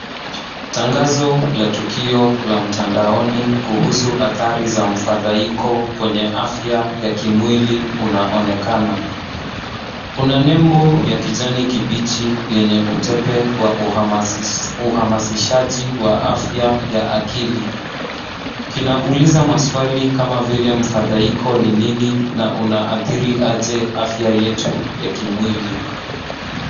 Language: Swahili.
Tangazo la tukio la mtandaoni kuhusu athari za mfadhaiko kwenye afya ya kimwili unaonekana. Kuna nembo ya kijani kibichi yenye utepe wa umahasishaji wa afya ya akili. Kina uliza maswali kama vile mfadhaiko ni nini na una athiri aje afya yetu ya kimwili.